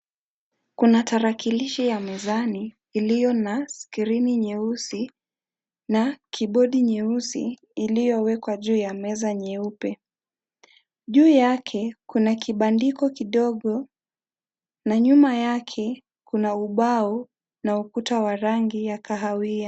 Kuna tarakilishi ya mezani iliyo na skrini nyeusi na kibodi nyeusi iliyowekwa juu ya meza nyeupe. Juu yake kuna kibandiko kidogo na nyuma yake kuna ubao na ukuta wa rangi ya kahawia.